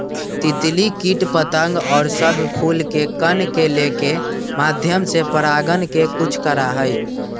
तितली कीट पतंग और सब फूल के कण के लेके माध्यम से परागण के कुछ करा हई